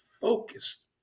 focused